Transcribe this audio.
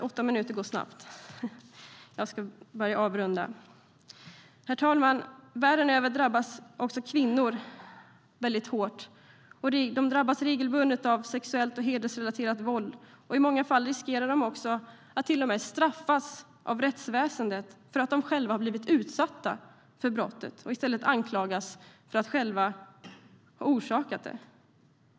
Herr talman! Världen över drabbas kvinnor regelbundet av sexuellt och hedersrelaterat våld. I många fall riskerar de dessutom att straffas av rättsväsendet för att de blivit utsatta för brottet. De anklagas för att själva ha orsakat det.